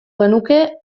genuke